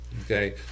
Okay